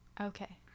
okay